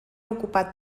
ocupat